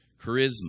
Charisma